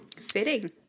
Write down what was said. Fitting